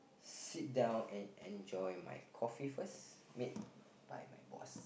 sit down and enjoy my coffee first made by my boss